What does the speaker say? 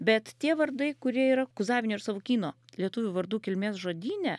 bet tie vardai kurie yra kuzavinio ir savukyno lietuvių vardų kilmės žodyne